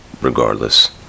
regardless